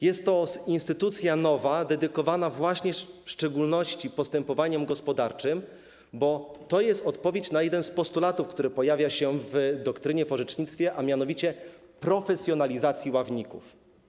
Jest to instytucja nowa, dedykowana w szczególności właśnie postępowaniom gospodarczym, bo to jest odpowiedź na jeden z postulatów, który pojawia się w doktrynie, w orzecznictwie, a mianowicie postulat profesjonalizacji ławników.